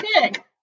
Good